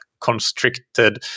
constricted